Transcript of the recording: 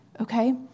okay